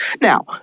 Now